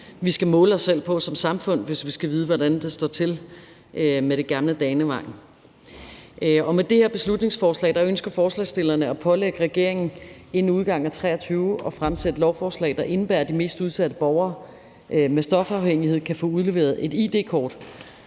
vi skal måle os selv på som samfund, hvis vi skal vide, hvordan det står til med det gamle Dannevang. Med det her beslutningsforslag ønsker forslagsstillerne at pålægge regeringen inden udgangen af 2023 at fremsætte lovforslag, der indebærer, at de mest udsatte borgere med stofafhængighed kan få udleveret et id-kort,